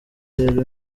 rero